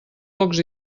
pocs